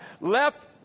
left